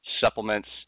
supplements